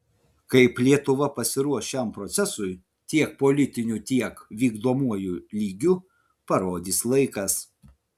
kaip lietuva pasiruoš šiam procesui tiek politiniu tiek vykdomuoju lygiu parodys laikas